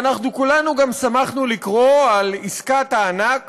ואנחנו כולנו גם שמחנו לקרוא על עסקת הענק